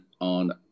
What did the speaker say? on